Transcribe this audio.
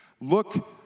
Look